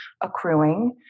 accruing